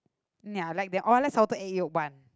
mm ya i like t~ oh I like salted egg yolk bun